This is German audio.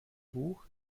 buch